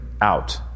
Out